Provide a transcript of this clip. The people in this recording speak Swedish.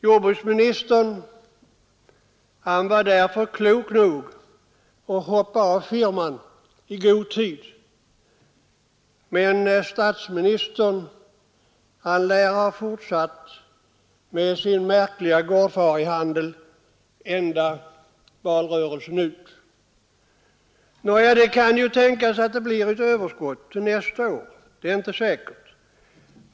Jordbruksministern var därför klok nog att hoppa av firman i god tid, men statsministern lär ha fortsatt med sin märkliga gårdfarihandel valrörelsen ut. Nåja, det kan ju tänkas att det blir ett överskott till nästa år — det är inte säkert.